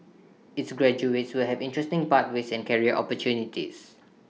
its graduates will have interesting pathways and career opportunities